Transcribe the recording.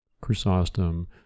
Chrysostom